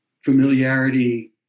familiarity